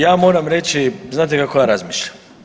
Ja moram reći, znate kako ja razmišljam?